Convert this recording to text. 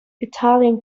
italian